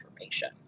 information